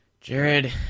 Jared